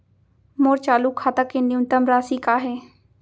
मोर चालू खाता के न्यूनतम राशि का हे?